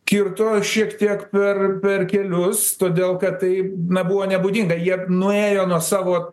kirto šiek tiek per per kelius todėl kad tai na buvo nebūdinga jie nuėjo nuo savo